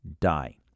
die